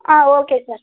ಹಾಂ okay sir